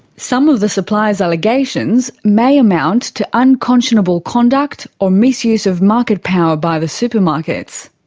some of the suppliers' allegations may amount to unconscionable conduct or misuse of market power by the supermarkets.